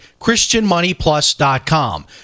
christianmoneyplus.com